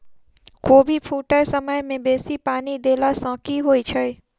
कोबी फूटै समय मे बेसी पानि देला सऽ की होइ छै?